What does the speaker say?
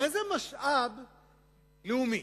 הרי זה משאב לאומי.